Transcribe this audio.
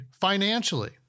financially